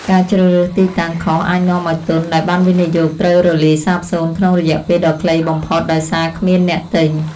ការជ្រើសរើសទីតាំងខុសអាចនាំឱ្យទុនដែលបានវិនិយោគត្រូវរលាយសាបសូន្យក្នុងរយៈពេលដ៏ខ្លីបំផុតដោយសារគ្មានអ្នកទិញ។